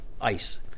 ice